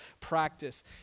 practice